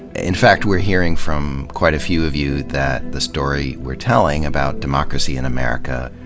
in fact, we're hearing from quite a few of you that the story we're telling about democracy in america,